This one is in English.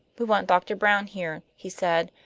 we want doctor brown here, he said.